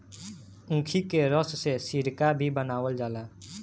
ऊखी के रस से सिरका भी बनावल जाला